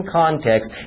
context